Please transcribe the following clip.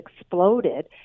exploded